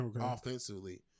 offensively